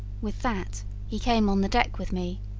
with that he came on the deck with me,